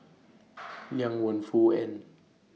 Liang Wenfu and